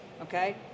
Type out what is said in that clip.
okay